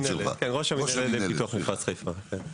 המינהלת מתוך מפרץ חיפה.